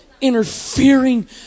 interfering